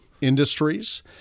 industries